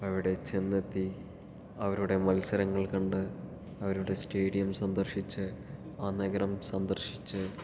അവിടെ ചെന്നെത്തി അവരുടെ മത്സരങ്ങൾ കണ്ട് അവരുടെ സ്റ്റേഡിയം സന്ദർശിച്ച് ആ നഗരം സന്ദർശിച്ച്